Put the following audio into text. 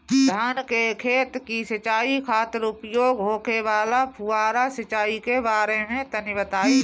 धान के खेत की सिंचाई खातिर उपयोग होखे वाला फुहारा सिंचाई के बारे में तनि बताई?